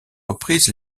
reprises